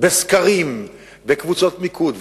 בסקרים וקבוצות מיקוד.